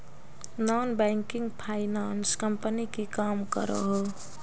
Non banking finance company की काम करोहो?